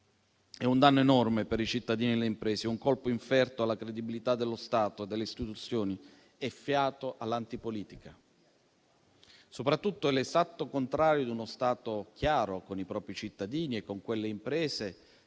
È un danno enorme per i cittadini e le imprese, un colpo inferto alla credibilità dello Stato e delle istituzioni che dà fiato all'antipolitica. Soprattutto, è l'esatto contrario di uno Stato chiaro con i propri cittadini e con quelle imprese